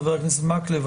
חה"כ מקלב,